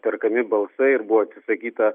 perkami balsai ir buvo atsisakyta